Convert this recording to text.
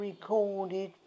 recorded